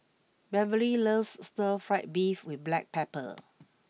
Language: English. Beverley loves Stir Fry Beef with Black Pepper